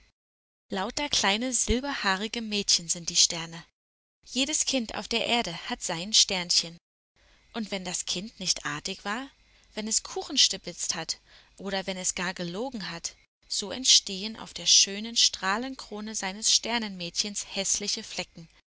lauter kleine silberhaarige mädchen sind die sterne jedes kind auf der erde hat sein sternchen und wenn das kind nicht artig war wenn es kuchen stibitzt hat oder wenn es gar gelogen hat so entstehen auf der schönen strahlenkrone seines sternenmädchens häßliche flecken